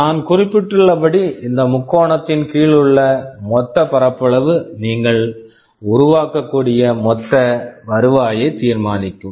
நான் குறிப்பிட்டுள்ளபடி இந்த முக்கோணத்தின் கீழ் உள்ள மொத்த பரப்பளவு நீங்கள் உருவாக்கக்கூடிய மொத்த வருவாயை தீர்மானிக்கும்